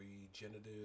regenerative